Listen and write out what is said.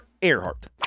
Earhart